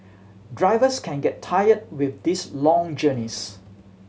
drivers can get tired with these long journeys